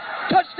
Touchdown